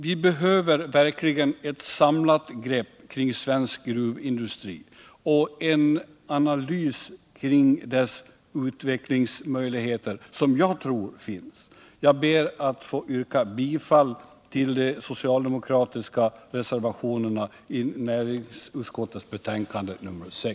Vi behöver verkligen ett samlat grepp kring svensk gruvindustri och en analys kring dess utvecklingsmöjligheter, som jag tror finns. Jag ber att få yrka bifall till de socialdemokratiska reservationerna vid näringsutskottets betänkande nr 60.